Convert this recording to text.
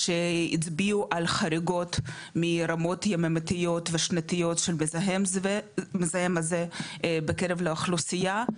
שהצביעו על חריגות מרמות יומיות ושנתיות של המזהם הזה בקרב האוכלוסייה,